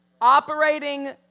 Operating